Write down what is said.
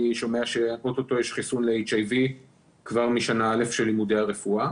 שומע שאו-טו-טו יש חיסון ל-HIV כבר משנה א' של לימודי הרפואה